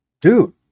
Dude